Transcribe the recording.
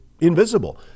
invisible